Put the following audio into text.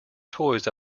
toys